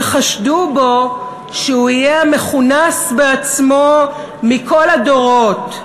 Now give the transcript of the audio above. שחשדו בו שהוא יהיה המכונס בעצמו מכל הדורות,